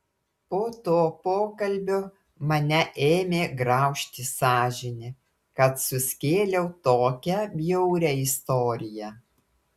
po to pokalbio mane ėmė graužti sąžinė kad suskėliau tokią bjaurią istoriją